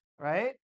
right